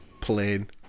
plane